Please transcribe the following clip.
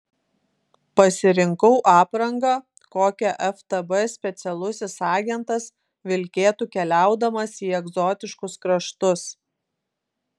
pasirinkau aprangą kokią ftb specialusis agentas vilkėtų keliaudamas į egzotiškus kraštus